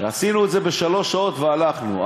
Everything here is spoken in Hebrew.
עשינו את זה בשלוש שעות והלכנו.